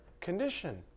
condition